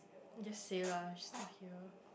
just say lah she's not here